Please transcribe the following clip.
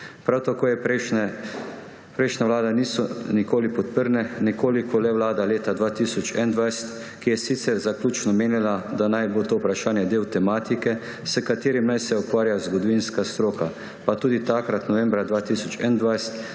Prav tako je prejšnje vlade niso nikoli podprle, nekoliko le vlada leta 2021, ki je sicer zaključno menila, da naj bo to vprašanje del tematike, s katerim naj se ukvarja zgodovinska stroka. Pa tudi takrat, novembra 2021,